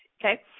okay